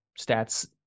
stats